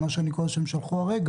בהערות שלה,